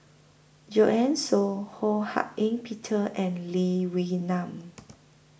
Joanne Soo Ho Hak Ean Peter and Lee Wee Nam